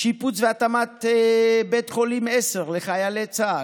שיפוץ והתאמת בית חולים 10 לחיילי צה"ל,